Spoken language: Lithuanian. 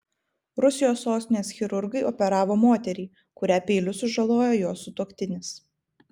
rusijos sostinės chirurgai operavo moterį kurią peiliu sužalojo jos sutuoktinis